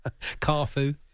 Carfu